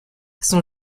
son